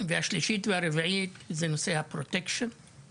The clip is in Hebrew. הן נושאי דמי חסות - ׳פרוטקשן׳,